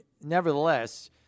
nevertheless